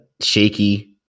shaky